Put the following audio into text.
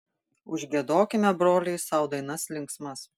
užgiedokime broliai sau dainas linksmas